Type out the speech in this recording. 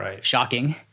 shocking